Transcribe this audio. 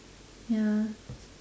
ya